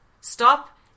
Stop